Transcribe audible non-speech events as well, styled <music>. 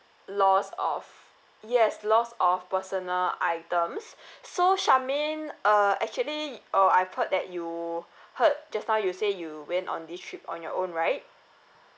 loss of yes loss of personal items <breath> so charmaine uh actually uh I heard that you <breath> heard just now you say you went on this trip on your own right